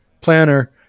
planner